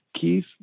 Keith